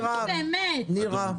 בבקשה.